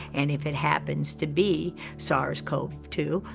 and if it happens to be sars-cov two,